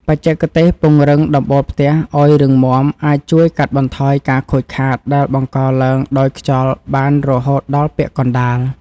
បច្ចេកទេសពង្រឹងដំបូលផ្ទះឱ្យរឹងមាំអាចជួយកាត់បន្ថយការខូចខាតដែលបង្កឡើងដោយខ្យល់បានរហូតដល់ពាក់កណ្តាល។